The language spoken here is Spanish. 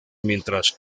mientras